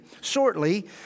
shortly